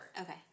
Okay